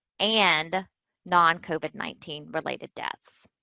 and non covid nineteen related deaths.